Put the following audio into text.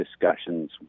discussions